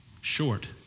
short